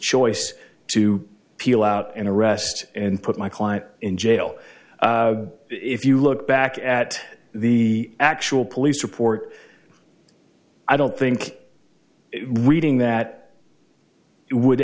choice to peel out and arrest and put my client in jail if you look back at the actual police report i don't think reading that would